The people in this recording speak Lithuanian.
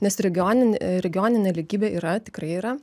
nes regionin a regione nelygybė yra tikrai yra